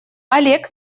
олег